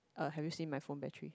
uh have you seen my phone battery